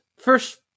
First